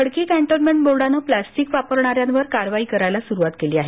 Khadki cantonment बोर्डानं plastic वापरणा यावर कारवाई करायला सुरवात केली आहे